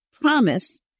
promise